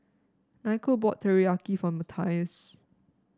Niko bought Teriyaki for Matthias